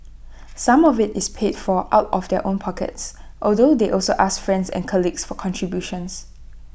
some of IT is paid for out of their own pockets although they also ask friends and colleagues for contributions